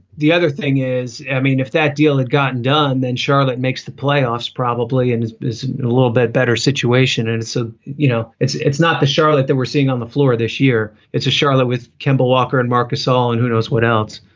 the other thing is, i mean, if that deal had gotten done, then charlotte makes the playoffs probably and is is a little bit better situation. and so, you know, it's it's not the charlotte that we're seeing on the floor this year. it's a charlotte with kemba walker and marcus all in. who knows what else?